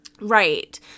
Right